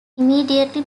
immediately